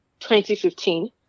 2015